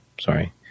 Sorry